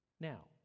Now